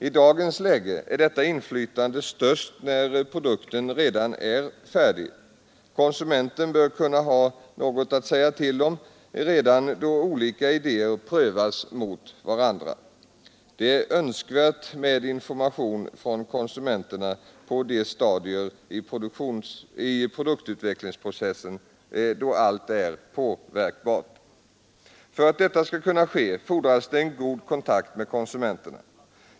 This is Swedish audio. I dagens läge är detta inflytande störst när produkten redan är färdig, men konsumenten bör kunna ha något att säga till om redan då olika idéer prövas och vägs mot varandra. Det är nödvändigt med information från konsumenterna på de stadier i produktutvecklingsprocessen då allt är påverkbart. För att detta skall kunna ske fordras god kontakt med konsumenterna.